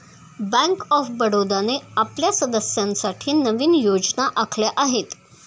bank of बडोदाने आपल्या सदस्यांसाठी नवीन योजना आखल्या आहेत